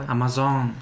Amazon